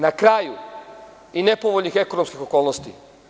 Na kraju – i nepovoljnih vremenskih okolnosti.